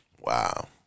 Wow